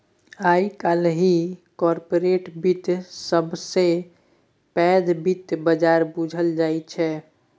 आइ काल्हि कारपोरेट बित्त सबसँ पैघ बित्त बजार बुझल जाइ छै